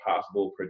possible